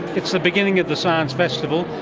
it's the beginning of the science festival.